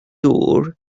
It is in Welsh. dŵr